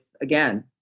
again